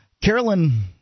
Carolyn